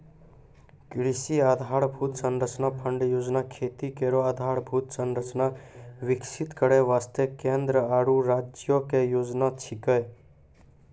कृषि आधारभूत संरचना फंड योजना खेती केरो आधारभूत संरचना विकसित करै वास्ते केंद्र आरु राज्यो क योजना छिकै